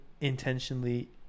intentionally